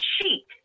cheat